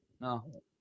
No